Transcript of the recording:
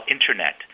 Internet